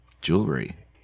jewelry